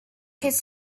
his